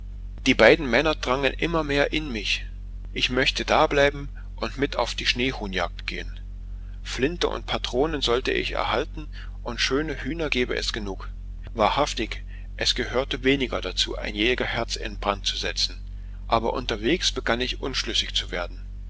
die beiden männer drangen immer mehr in mich ich möchte dableiben und mit auf die schneehuhnjagd gehen flinte und patronen sollte ich erhalten und schöne hühner gebe es genug wahrhaftig es gehörte weniger dazu ein jägerherz in brand zu setzen aber unterwegs begann ich unschlüssig zu werden